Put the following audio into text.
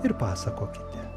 ir pasakokite